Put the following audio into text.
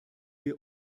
wir